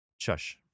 Chush